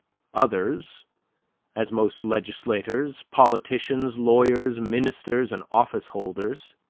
others as most legislators, politicians, lawyers, ministers, and office-holders